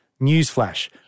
Newsflash